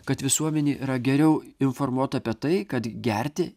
kad visuomenė yra geriau informuota apie tai kad gerti